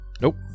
Nope